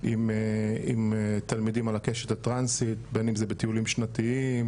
עם תלמידים על הקשת הטרנסית בין אם זה בטיולים שנתיים,